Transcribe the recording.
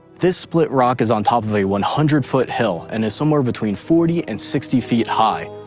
this split rock is on top of a one hundred foot hill and is somewhere between forty and sixty feet high,